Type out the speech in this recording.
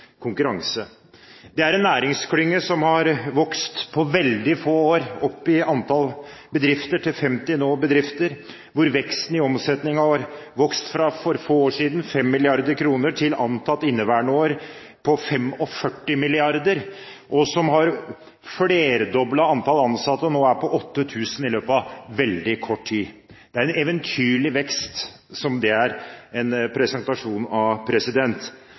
konkurranse. Det er en næringsklynge som på veldig få år har vokst i antall bedrifter, til nå 50 bedrifter, hvor veksten i omsetningen har vokst fra 5 mrd. kr for få år siden, til antatt for inneværende år 45 mrd. kr, og som i løpet av veldig kort tid har flerdoblet antall ansatte, som nå er på 8 000. Det er en eventyrlig vekst som dette er en presentasjon av.